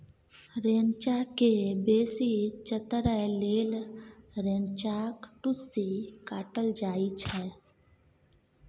रैंचा केँ बेसी चतरै लेल रैंचाक टुस्सी काटल जाइ छै